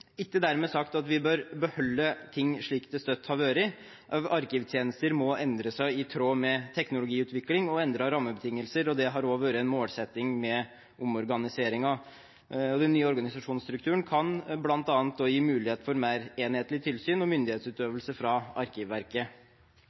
Ikke dermed sagt at vi bør beholde ting slik det alltid har vært – arkivtjenester må endre seg i tråd med teknologiutvikling og endrede rammebetingelser. Det har også vært en målsetting med omorganiseringen. Den nye organisasjonsstrukturen kan bl.a. også gi mulighet for mer enhetlig tilsyn og myndighetsutøvelse fra Arkivverket.